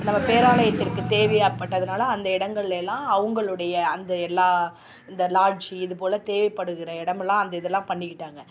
நம்ம பேராலயத்திற்கு தேவை ஏற்பட்டதனால் அந்த இடங்களையெல்லாம் அவங்களுடைய அந்த எல்லா இந்த லாட்ஜ் இதுப்போல் தேவைப்படுகிற இடமெல்லாம் அந்த இதெல்லாம் பண்ணிக்கிட்டாங்க